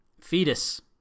Fetus